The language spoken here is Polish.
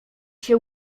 się